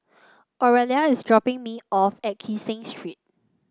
Oralia is dropping me off at Kee Seng Street